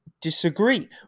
disagree